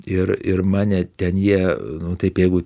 ir ir mane ten jie nu taip jeigu